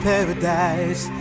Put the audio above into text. Paradise